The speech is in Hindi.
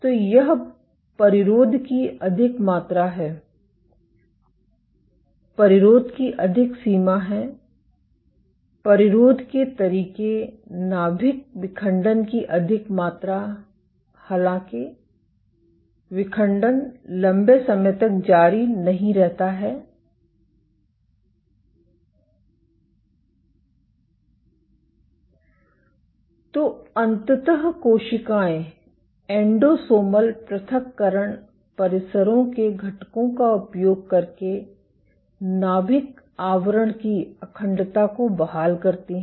तो यह परिरोध की अधिक मात्रा है परिरोध की अधिक सीमा है परिरोध के तरीके नाभिक विखंडन की अधिक मात्रा हालाँकि विखंडन लंबे समय तक जारी नहीं रहता है तो अंततः कोशिकाएं एंडोसोमल पृथक्करण परिसरों के घटकों का उपयोग करके नाभिक आवरण की अखंडता को बहाल करती हैं